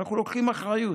ואנחנו לוקחים אחריות.